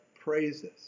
praises